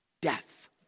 death